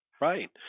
Right